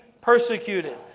persecuted